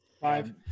Five